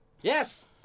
Yes